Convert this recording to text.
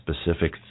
specific